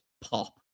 pop